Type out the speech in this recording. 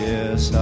Yes